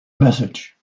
message